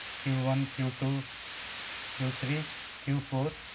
q one q two q three q four